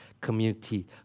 community